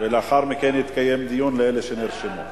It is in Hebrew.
לאחר מכן יתקיים דיון, אלה שנרשמו.